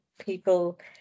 people